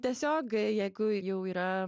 tiesiog jeigu jau yra